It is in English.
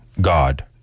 God